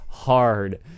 Hard